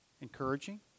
encouraging